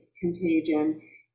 contagion